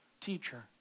teacher